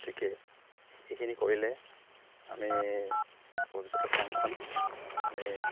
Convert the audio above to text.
গতিকে এইখিনি কৰিলে আমি ভৱিষ্যতে ফাৰ্মখন আমি